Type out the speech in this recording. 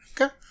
okay